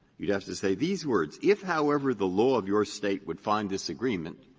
you'd have to say these words if, however, the law of your state would find this agreement,